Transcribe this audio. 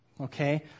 Okay